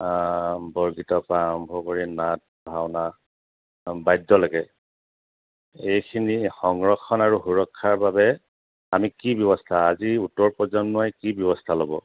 বৰগীতৰ পৰা আৰম্ভ কৰি নাট ভাওনা বাদ্যলৈকে এইখিনি সংৰক্ষণ আৰু সুৰক্ষাৰ বাবে আমি কি ব্যৱস্থা আজি উত্তৰ প্ৰজন্মই কি ব্যৱস্থা ল'ব